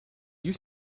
you